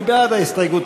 מי בעד ההסתייגות?